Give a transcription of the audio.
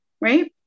right